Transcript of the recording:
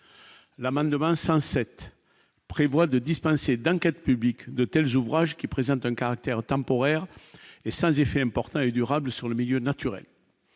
L'amendement 5 7 prévoit de dispenser d'enquête publique de tels ouvrages qui présente un caractère temporaire et sans effet importants et durables sur le milieu naturel,